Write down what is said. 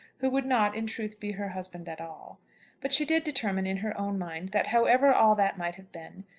who would not, in truth, be her husband at all but she did determine, in her own mind, that, however all that might have been,